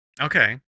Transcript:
Okay